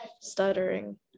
stuttering